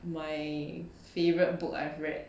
my favourite books I've read